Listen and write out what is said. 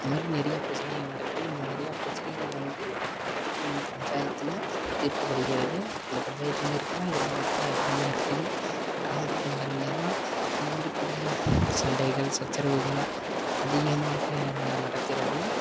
இந்த மாதிரி நிறையா பிரச்சனைகள் நடக்குது இந்த நிறையா பிரச்சனைகளை வந்து பஞ்சாயத்தில் தீர்க்கப்படுகிறது இந்த பஞ்சாயத்து எங்கே இருக்குன்னால் கிராமத்தில் அதிகமாக இருக்குது கிராமபுறங்களில் தான் இந்த மாதிரி குடும்ப சண்டைகள் சச்சரவுகள் அதிகமாக நடக்கிறது